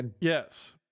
Yes